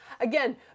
again